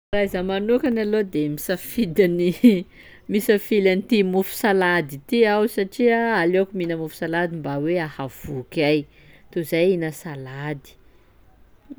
Raha izaho manokany aloha de misafidy ny misafily an'ty mofo salady ity aho satria aleoko mihina mofo salady mba hoe ahavoky ahy toy zay hina salady.